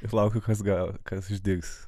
ir laukiau kas gero kas atsitiks